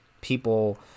people